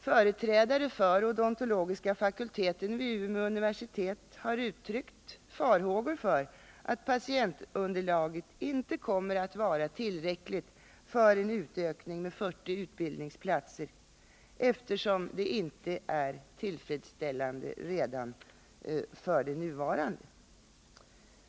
Företrädare för odontologiska fakulteten vid Umeå universitet har uttryckt farhågor för att patientunderlaget inte kommer att vara tillräckligt för en utökning med 40 utbildningsplatser, eftersom det inte är tillfredsställande ens för de nuvarande.